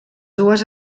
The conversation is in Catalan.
dues